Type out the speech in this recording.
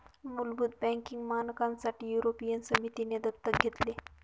मुलभूत बँकिंग मानकांसाठी युरोपियन समितीने दत्तक घेतले